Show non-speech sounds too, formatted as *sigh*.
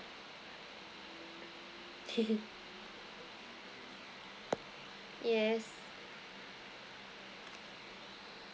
*laughs* yes